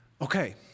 Okay